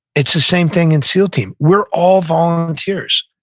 it's the same thing in seal team. we're all volunteers.